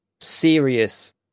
serious